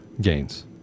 gains